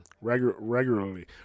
regularly